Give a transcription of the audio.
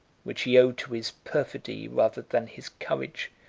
which he owed to his perfidy rather than his courage,